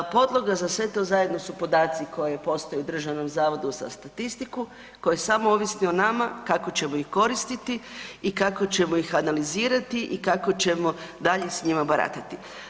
Podloga za sve to zajedno su podaci koje postoje u Državnom zavodu za statistiku koje samo ovisni o nama kako ćemo ih koristiti i kako ćemo ih analizirati i kako ćemo dalje s njima baratati.